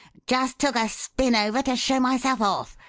just took a spin over to show myself off.